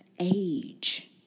age